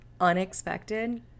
unexpected